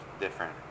different